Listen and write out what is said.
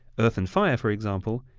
earth and fire, for example,